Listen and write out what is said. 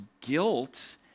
guilt